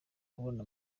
kubona